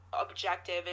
objective